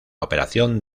operación